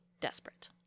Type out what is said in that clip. desperate